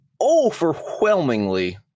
overwhelmingly